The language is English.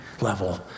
level